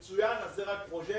מצוין, אז זה רק פרוז'קטור.